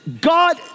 God